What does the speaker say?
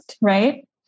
right